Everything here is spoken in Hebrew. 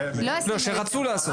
לא, שרצו לעשות.